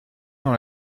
dans